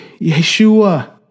Yeshua